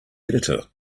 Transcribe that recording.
editor